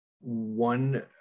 one